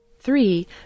Three